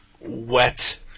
wet